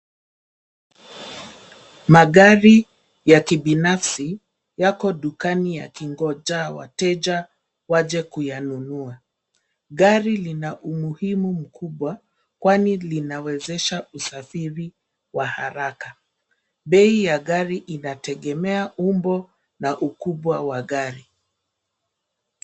Magari ya kibinafsi yako dukani yakingoja wateja waje kuyanunua. Gari lina umuhimu mkubwa, kwani linawezesha usafiri wa haraka. Bei ya gari inatengemea umbo na ukubwa wa gari.